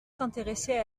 s’intéresser